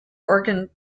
organ